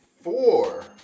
four